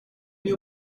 you